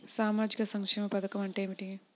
సామాజిక సంక్షేమ పథకం అంటే ఏమిటి?